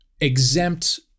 exempt